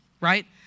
right